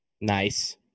Nice